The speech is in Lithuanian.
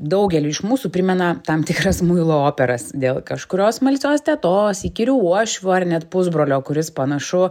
daugeliui iš mūsų primena tam tikras muilo operas dėl kažkurios smalsios tetos įkyrių uošvių ar net pusbrolio kuris panašu